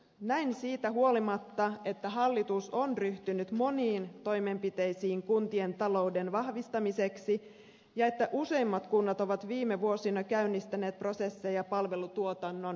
näin siitä huolimatta että hallitus on ryhtynyt moniin toimenpiteisiin kuntien talouden vahvistamiseksi ja että useimmat kunnat ovat viime vuosina käynnistäneet prosesseja palvelutuotannon tehostamiseksi